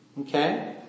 Okay